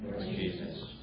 Jesus